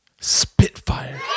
Spitfire